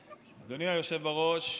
היושב-ראש,